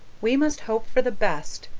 we must hope for the best,